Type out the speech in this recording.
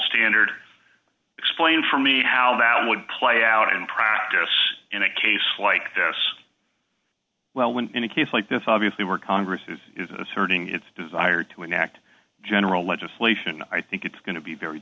standard explain for me how that would play out in practice in a case like this well when in a case like this obviously we're congress is asserting its desire to enact general legislation i think it's going to be very